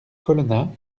colonna